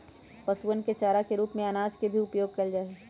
पशुअन के चारा के रूप में अनाज के भी उपयोग कइल जाहई